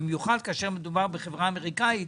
במיוחד כאשר מדובר בחברה אמריקנית,